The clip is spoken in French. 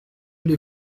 les